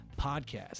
Podcast